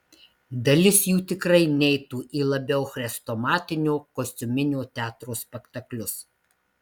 dalis jų tikrai neitų į labiau chrestomatinio kostiuminio teatro spektaklius